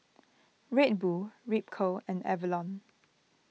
Red Bull Ripcurl and Avalon